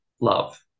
love